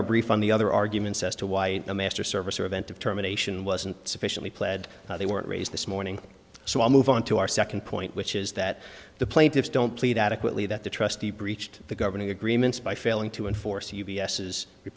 our brief on the other arguments as to why the master service or event determination wasn't sufficiently pled they weren't raised this morning so i'll move on to our second point which is that the plaintiffs don't plead adequately that the trustee breached the governing agreements by failing to enforce